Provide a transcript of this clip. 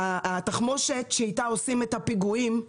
התחמושת שאיתה עושים את הפיגועים,